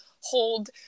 hold